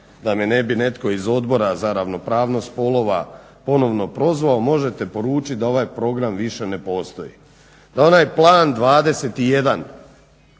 da me ne bi netko iz Odbora za ravnopravnost spolova ponovno prozvao možete poručiti da ovaj program više ne postoji, da onaj plan 21